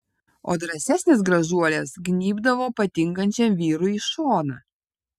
o drąsesnės gražuolės gnybdavo patinkančiam vyrui į šoną